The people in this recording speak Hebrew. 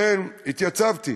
לכן, התייצבתי